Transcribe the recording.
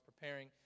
preparing